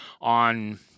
on